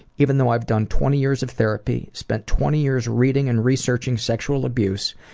even though i've done twenty years of therapy, spent twenty years reading and researching sexual abuse,